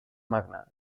magna